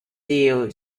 deal